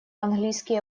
английский